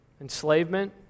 Enslavement